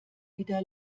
wieder